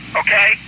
okay